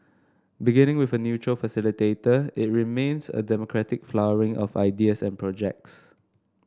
beginning with a neutral facilitator it remains a democratic flowering of ideas and projects